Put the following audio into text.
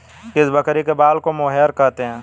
किस बकरी के बाल को मोहेयर कहते हैं?